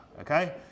Okay